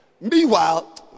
Meanwhile